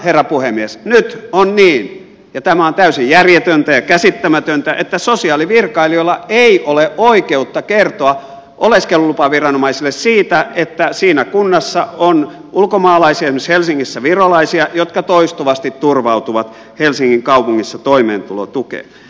herra puhemies nyt on niin ja tämä on täysin järjetöntä ja käsittämätöntä että sosiaalivirkailijoilla ei ole oikeutta kertoa oleskelulupaviranomaisille siitä että siinä kunnassa on ulkomaalaisia esimerkiksi helsingissä virolaisia jotka toistuvasti turvautuvat helsingin kaupungissa toimeentulotukeen